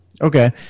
Okay